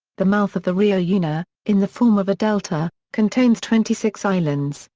the mouth of the rio yeah una, in the form of a delta, contains twenty six islands,